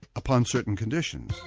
upon certain conditions.